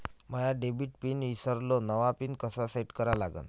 माया debit pin ईसरलो, नवा pin कसा सेट करा लागन?